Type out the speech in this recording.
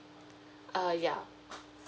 err ya